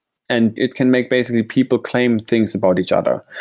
and it can make basically people claim things about each other.